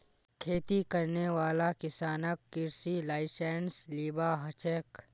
खेती करने वाला किसानक कृषि लाइसेंस लिबा हछेक